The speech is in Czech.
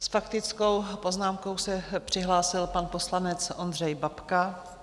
S faktickou poznámkou se přihlásil pan poslanec Ondřej Babka.